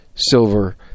Silver